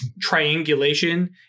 triangulation